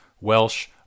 Welsh